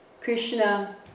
Krishna